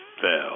fell